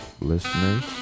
listeners